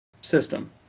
system